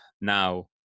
now